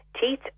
teeth